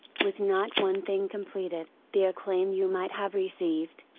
with not one thing completed, the acclaim you might have received,